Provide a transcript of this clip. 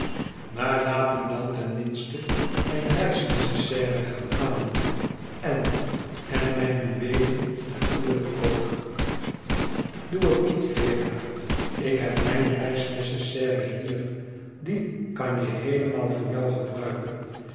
maar laat me dan ten minste mijn reisnécessaire gaan halen en en mijn juweelen natuurlijk ook doe het niet vera ik heb mijn reisnécessaire hier die kan je heelemaal voor jou gebruiken